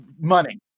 Money